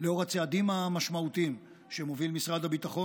לאור הצעדים המשמעותיים שמוביל משרד הביטחון